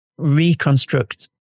reconstruct